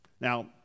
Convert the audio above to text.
Now